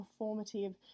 performative